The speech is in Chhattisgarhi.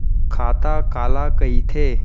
खाता काला कहिथे?